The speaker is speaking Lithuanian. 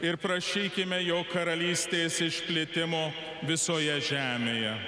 ir prašykime jo karalystės išplėtimo visoje žemėje